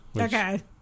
Okay